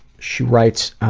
she writes